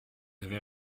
avez